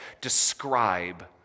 describe